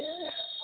सुनु ने